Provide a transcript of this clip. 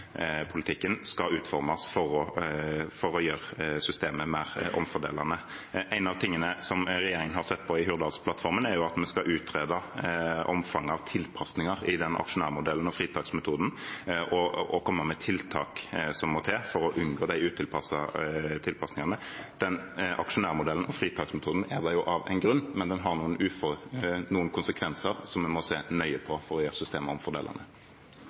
skal utformes for å gjøre systemet mer omfordelende. Noe av det som regjeringen har sett på i Hurdalsplattformen, er at vi skal utrede omfanget av tilpasninger i aksjonærmodellen og fritaksmetoden og komme med tiltak som må til for å unngå de utilsiktede tilpasningene. Aksjonærmodellen og fritaksmetoden er der jo av en grunn, men den har noen konsekvenser som vi må se nøye på for å gjøre systemet